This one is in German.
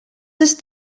ist